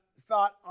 thought